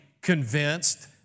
convinced